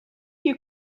you